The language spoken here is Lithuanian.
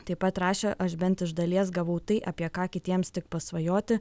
taip pat rašė aš bent iš dalies gavau tai apie ką kitiems tik pasvajoti